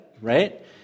right